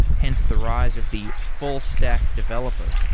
hence, the rise of the full stack developer.